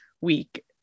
week